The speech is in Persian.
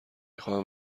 خواهم